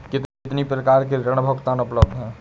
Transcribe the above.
कितनी प्रकार के ऋण भुगतान उपलब्ध हैं?